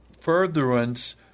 furtherance